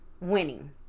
winning